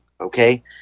okay